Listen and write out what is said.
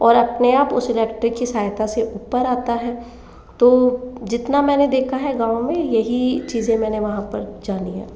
और अपने आप उस इलेक्ट्रिक की सहायता से ऊपर आता है तो जितना मैंने देखा है गाँव में यहीं चीज़ें मैंने वहाँ पर जानी है